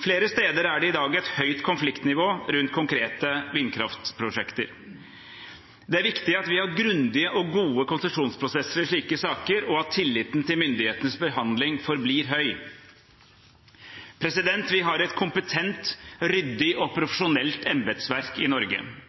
Flere steder er det i dag et høyt konfliktnivå rundt konkrete vindkraftprosjekter. Det er viktig at vi har grundige og gode konsesjonsprosesser i slike saker, og at tilliten til myndighetenes behandling forblir høy. Vi har et kompetent, ryddig og profesjonelt embetsverk i Norge.